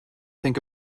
think